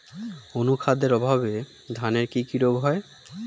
অনুখাদ্যের অভাবে ধানের কি কি রোগ হয়?